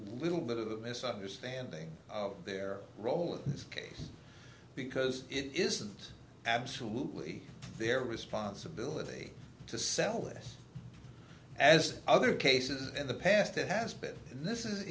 little bit of a misunderstanding of their role in this case because it isn't absolutely their responsibility to sell it as other cases in the past it has been and this is